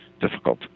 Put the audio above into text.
difficult